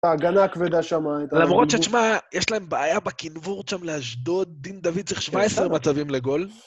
ההגנה הכבדה שם הייתה. למרות ששמע, יש להם בעיה בכנבורת שם לאשדוד, דין דוד צריך 17 מצבים לגול.